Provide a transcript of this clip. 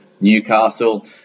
Newcastle